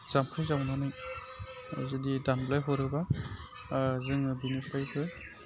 जाम्फै जावनानै जुदि दानग्लायहरोब्ला जोङो बिनिफ्रायबो